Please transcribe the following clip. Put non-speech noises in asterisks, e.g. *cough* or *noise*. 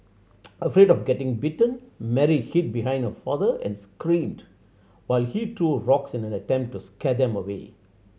*noise* afraid of getting bitten Mary hid behind her father and screamed while he threw rocks in an attempt to scare them away